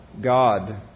God